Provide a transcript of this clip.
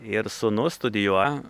ir sūnus studijuoja